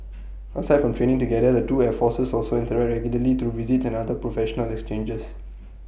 aside from training together the two air forces also interact regularly through visits and other professional exchanges